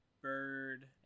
Bird